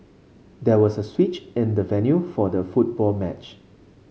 there was a switch in the venue for the football match